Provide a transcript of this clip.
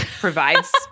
provides